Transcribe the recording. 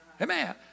Amen